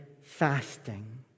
fasting